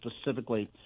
specifically –